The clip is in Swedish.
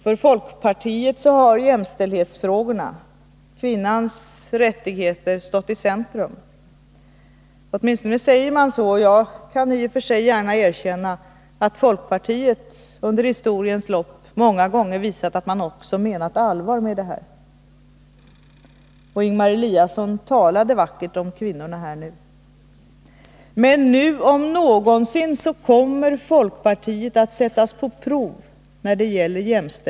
För folkpartiet har jämställdhetsfrågorna, kvinnans rättigheter, stått i centrum. Åtminstone säger man så, och jag kan i och för sig gärna erkänna att folkpartiet under historiens lopp många gånger också visat att man menar allvar. Ingemar Eliasson talade vackert om det. Men nu om någonsin kommer folkpartiet att sättas på prov.